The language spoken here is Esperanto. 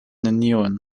neniun